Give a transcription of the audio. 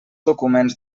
documents